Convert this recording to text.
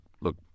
look